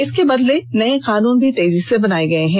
इसके बदले नये कानून भी तेजी से बनाए गए हैं